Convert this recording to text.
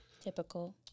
Typical